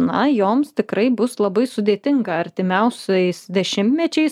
na joms tikrai bus labai sudėtinga artimiausiais dešimtmečiais